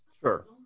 Sure